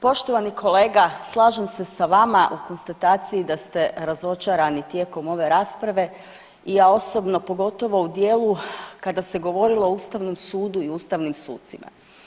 Poštovani kolega, slažem se sa vama u konstataciji da ste razočarani tijekom ove rasprave i ja osobno, pogotovo u dijelu kada se govorilo o ustavnom sudu i ustavnim sucima.